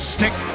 Stick